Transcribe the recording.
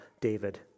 David